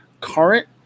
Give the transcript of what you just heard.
current